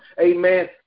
amen